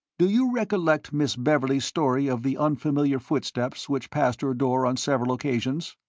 do you recollect miss beverley's story of the unfamiliar footsteps which passed her door on several occasions?